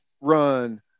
run